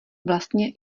vlastně